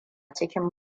cikin